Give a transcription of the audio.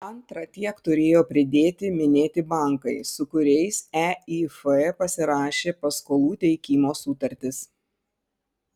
antra tiek turėjo pridėti minėti bankai su kuriais eif pasirašė paskolų teikimo sutartis